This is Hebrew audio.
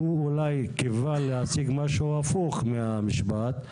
אולי הם קיוו להשיג משהו הפוך מהמשפט הזה,